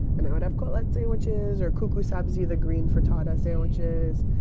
and i would have kotlet sandwiches or kuku sabzi, the green frittata sandwiches.